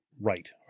right